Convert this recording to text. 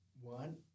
One